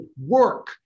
work